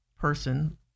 person